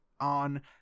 on